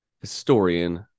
historian